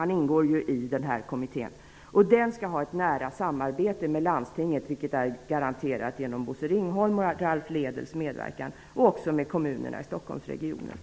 Han ingår ju i den här kommittén. Kommittén skall ha ett nära samarbete med landstinget, vilket är garanterat genom Bosse Ringholms och -- tror jag -- Ralph Lédels medverkan. Kommittén skall också ha ett nära samarbete med kommunerna i